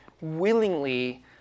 willingly